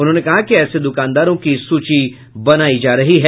उन्होंने कहा कि ऐसे द्रकानदारों की सूची बनायी जा रही है